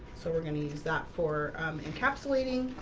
so we're gonna use that for encapsulating